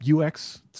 UX